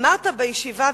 אמרת בישיבה,